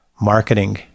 marketing